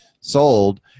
sold